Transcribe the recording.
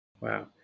Wow